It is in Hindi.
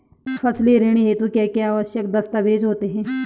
फसली ऋण हेतु क्या क्या आवश्यक दस्तावेज़ होते हैं?